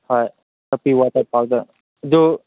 ꯍꯣꯏ ꯆꯥꯛꯄꯤ ꯋꯥꯇꯔ ꯄꯥꯛꯇ ꯑꯗꯨ